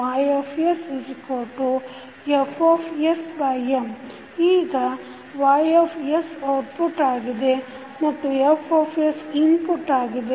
s2YsBMsYsKMYsFsM ಈಗ Y output ಆಗಿದೆ ಮತ್ತು F ಇನ್ಪುಟ್ ಆಗಿದೆ